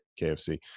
KFC